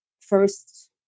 first